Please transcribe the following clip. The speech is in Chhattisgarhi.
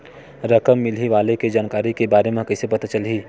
रकम मिलही वाले के जानकारी के बारे मा कइसे पता चलही?